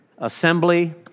assembly